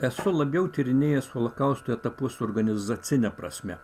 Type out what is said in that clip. esu labiau tyrinėjęs holokausto etapus organizacine prasme